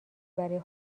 برای